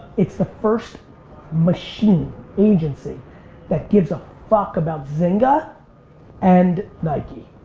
it's the first machine agency that gives a fuck about zynga and nike.